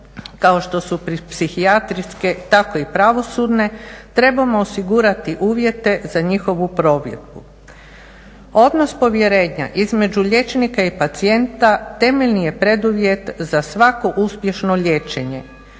kao što su psihijatrijske tako i pravosudne trebamo osigurati uvjete za njihovu provedbu. Odnos povjerenja između liječnika i pacijenta temeljni je preduvjet za svako uspješno liječenje.